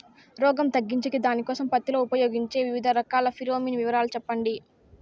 రోగం తగ్గించేకి దానికోసం పత్తి లో ఉపయోగించే వివిధ రకాల ఫిరోమిన్ వివరాలు సెప్పండి